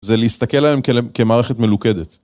זה להסתכל עליהם כמערכת מלוכדת.